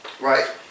right